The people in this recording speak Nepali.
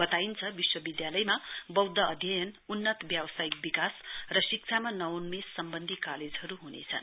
वताइन्छ विश्वविधालयमा बौद्ध अध्यक्ष उन्नत व्यावसियिक विकास र शिक्षामा नवेन्मेष सम्वन्धी कालेजहरु हुनेछन्